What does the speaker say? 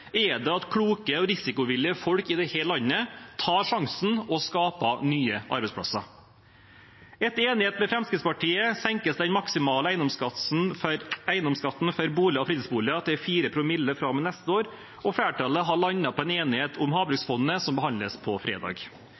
er det at kloke og risikovillige folk i dette landet tar sjansen og skaper nye arbeidsplasser. Etter enighet med Fremskrittspartiet senkes den maksimale eiendomsskatten for boliger og fritidsboliger til fire promille fra og med neste år, og flertallet har landet en enighet om Havbruksfondet som behandles på fredag.